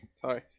Sorry